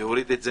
והוריד את זה